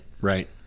Right